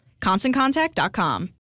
ConstantContact.com